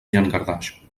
llangardaix